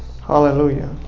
hallelujah